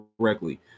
correctly